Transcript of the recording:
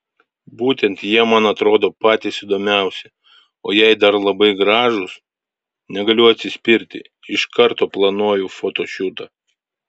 būtent jie man atrodo patys įdomiausi o jei dar labai gražūs negaliu atsispirti iš karto planuoju fotošiūtą